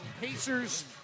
Pacers